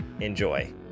enjoy